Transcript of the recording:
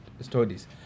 studies